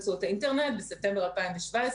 החוק בוצע ב-2012,